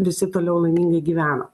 visi toliau laimingai gyveno